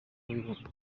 w’abibumbye